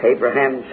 Abraham